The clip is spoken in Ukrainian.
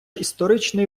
історичний